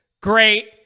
great